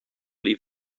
leave